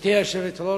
גברתי היושבת-ראש,